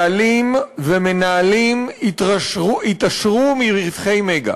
בעלים ומנהלים התעשרו מרווחי "מגה".